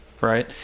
right